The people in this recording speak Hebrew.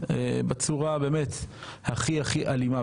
בצורה באמת הכי הכי אלימה,